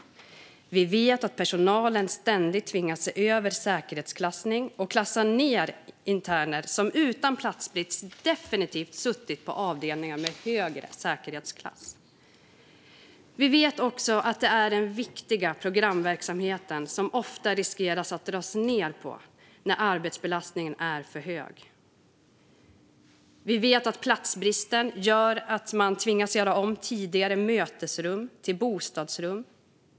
Vi vet att personalen ständigt tvingas se över säkerhetsklassning och klassa ned interner som utan platsbrist definitivt hade suttit på avdelningar med högre säkerhetsklass. Vi vet också att det är den viktiga programverksamheten som ofta riskerar att dras ned när arbetsbelastningen är för hög. Vi vet att platsbristen gör att man tvingas göra om tidigare mötesrum till bostadsrum.